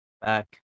Back